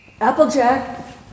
Applejack